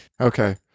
Okay